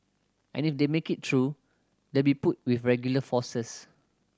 and if they make it through they'll be put with regular forces